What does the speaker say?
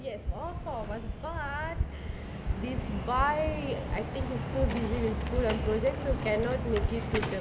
yes all four of us but this bai I think he's too busy with school and projects so cannot make it to the